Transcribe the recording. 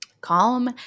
calm